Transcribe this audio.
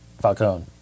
Falcone